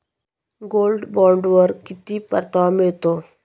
Gold बॉण्डवर किती परतावा मिळतो?